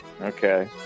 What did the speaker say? Okay